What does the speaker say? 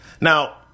Now